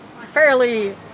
fairly